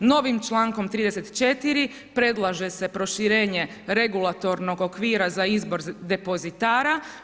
Novim člankom 34. predlaže se proširenje regulatornog okvira za izbor depozitara.